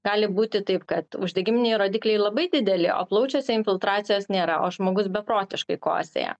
gali būti taip kad uždegiminiai rodikliai labai dideli o plaučiuose infiltracijos nėra o žmogus beprotiškai kosėja